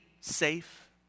safe